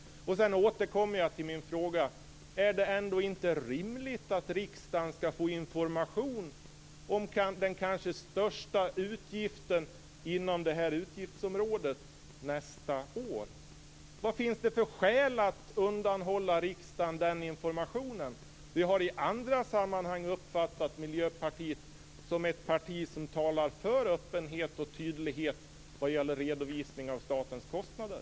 Sedan återkommer jag till min fråga: Är det ändå inte rimligt att riksdagen skall få information om den kanske största utgiften inom detta utgiftsområde nästa år? Vad finns det för skäl att undanhålla riksdagen den informationen? Vi har i andra sammanhang uppfattat Miljöpartiet som ett parti som talar för öppenhet och tydlighet vad gäller redovisning av statens kostnader.